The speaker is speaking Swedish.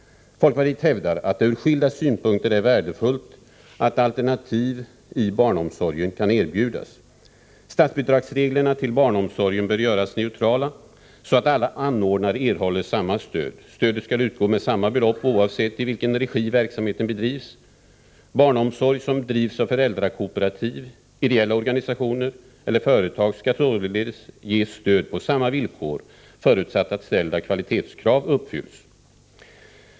Folkpartiet hävdar att det ur skilda synpunkter är värdefullt att alternativ i barnomsorgen kan erbjudas. Reglerna för statsbidrag till barnomsorgen bör göras neutrala, så att alla anordnare erhåller samma stöd. Stödet skall utgå med samma belopp oavsett i vilken regi verksamheten bedrivs. Barnomsorg som drivs av föräldrakooperativ, ideella organisationer eller företag skall således ges stöd på samma villkor, förutsatt att ställda kvalitetskrav uppfylls.